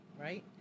right